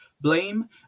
blame